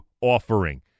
offering